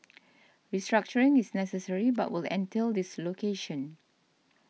restructuring is necessary but will entail dislocations